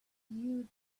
you